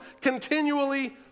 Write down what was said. continually